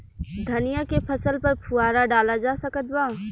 धनिया के फसल पर फुहारा डाला जा सकत बा?